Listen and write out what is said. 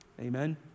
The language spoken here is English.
Amen